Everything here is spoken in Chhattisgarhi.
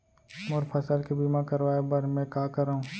मोर फसल के बीमा करवाये बर में का करंव?